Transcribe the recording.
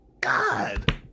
God